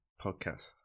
podcast